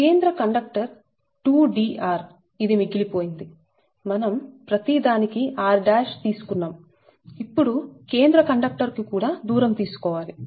కేంద్ర conductor D2r ఇది మిగిలిపోయింది మనం ప్రతిదానికి r తీసుకున్నాము ఇప్పుడు కేంద్ర కండక్టర్ కు కూడా దూరం తీసుకోవాలి